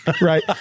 right